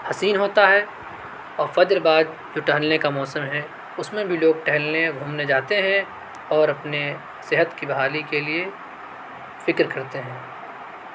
حسین ہوتا ہے اور فجر بعد جو ٹہلنے کا موسم ہے اس میں بھی لوگ ٹہلنے گھومنے جاتے ہیں اور اپنے صحت کی بحالی کے لیے فکر کرتے ہیں